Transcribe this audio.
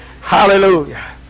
Hallelujah